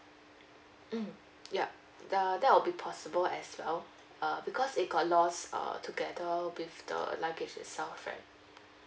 mm yup uh that will be possible as well uh because it got lost uh together with the luggage itself right